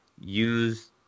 use